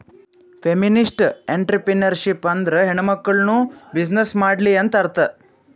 feminist entrepreneurship ಅಂದುರ್ ಹೆಣ್ಮಕುಳ್ನೂ business ಮಾಡ್ಲಿ ಅಂತ್ ಅರ್ಥಾ